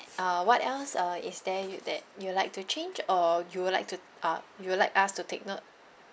uh what else uh is there you that you'd like to change or you would like to uh you would like us to take note